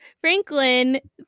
Franklin